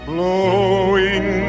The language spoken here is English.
Blowing